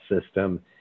system